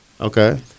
Okay